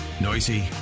noisy